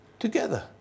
Together